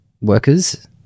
workers